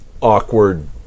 awkward